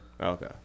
Okay